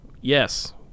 yes